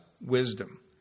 wisdom